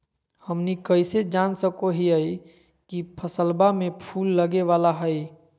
हमनी कइसे जान सको हीयइ की फसलबा में फूल लगे वाला हइ?